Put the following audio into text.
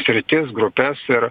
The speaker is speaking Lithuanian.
srities grupes ir